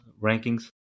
rankings